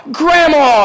grandma